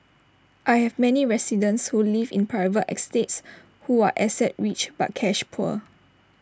I have many residents who live in private estates who are asset rich but cash poor